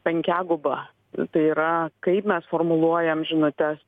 penkiaguba tai yra kaip mes formuluojam žinutes